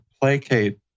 placate